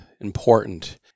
important